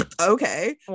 okay